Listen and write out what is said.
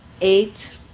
eight